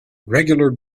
regular